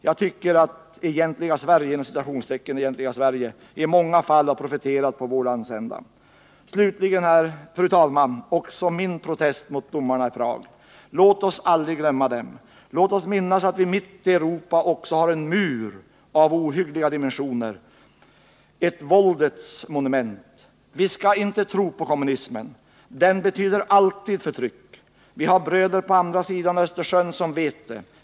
Jag anser att ”egentliga Sverige” i många fall har profiterat på vår landsända. Slutligen, fru talman, vill också jag protestera mot domarna i Prag. Låt oss aldrig glömma dem. Låt oss minnas att vi mitt i Europa också har en mur av ohyggliga dimensioner, ett våldets monument. Vi skall inte tro på kommunismen Den betyder alltid förtryck. Vi har bröder på andra sidan Östersjön som vet det.